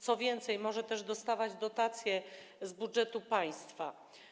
Co więcej, może też dostawać dotacje z budżetu państwa.